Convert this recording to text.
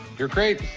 you're great.